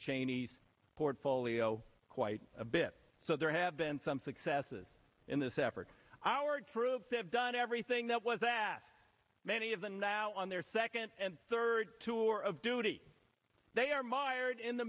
cheney's portfolio quite a bit so there have been some successes in this effort our troops have done everything that was asked many of them now on their second and third tour of duty they are mired in the